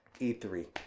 e3